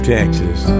Texas